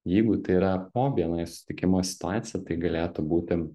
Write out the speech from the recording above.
jeigu tai yra po bni susitikimo situacija tai galėtų būti